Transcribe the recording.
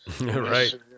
right